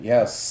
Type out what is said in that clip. Yes